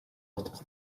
ucht